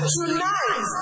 Tonight